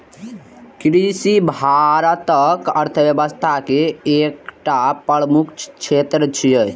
कृषि भारतक अर्थव्यवस्था के एकटा प्रमुख क्षेत्र छियै